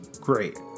great